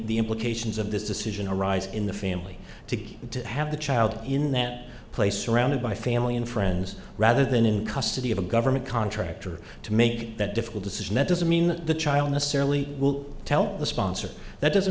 the implications of this decision arise in the family to get to have the child in that place surrounded by family and friends rather than in custody of a government contractor to make that difficult decision that doesn't mean the child necessarily will tell the sponsor that doesn't